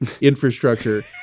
infrastructure